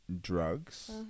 drugs